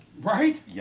Right